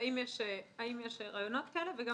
האם יש רעיונות כאלה, ואם